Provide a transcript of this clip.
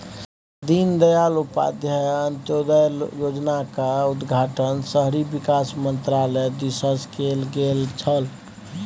दीनदयाल उपाध्याय अंत्योदय योजनाक उद्घाटन शहरी विकास मन्त्रालय दिससँ कैल गेल छल